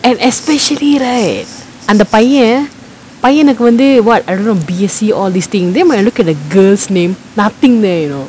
and especially right அந்த பைய~ பையனுக்கு வந்து:antha paiya~ paiyanukku vanthu what I don't know B_A_C all these thing then when I look at a girl's name nothing there you know